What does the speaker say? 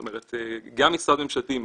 זאת אומרת גם משרד ממשלתי,